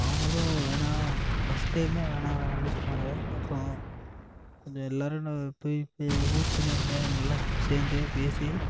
அவங்களும் வேணாம் ஃபர்ஸ்ட் டைமே வேணா வேணாம்னு சொன்னாங்க அப்புறம் கொஞ்சம் எல்லாரும் என்ன போய் போய் ஊர் பெரியவங்க இவங்கெல்லாம் சேர்ந்து பேசி